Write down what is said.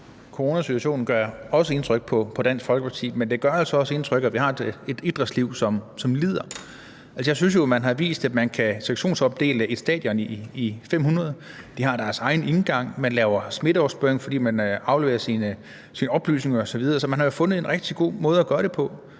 Coronasituationen gør også indtryk på Dansk Folkeparti, men det gør altså også indtryk, at vi har et idrætsliv, som lider. Jeg synes jo, man har vist, at man kan sektionsopdele et stadion i 500. De har deres egen indgang. Man laver smitteopsporing, fordi tilskuerne afleverer deres oplysninger osv. Så man har jo fundet en rigtig god måde at gøre det på.